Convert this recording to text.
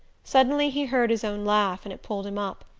suddenly he heard his own laugh and it pulled him up.